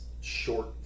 short